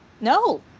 No